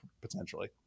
potentially